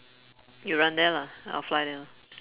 you run there lah I'll fly there lah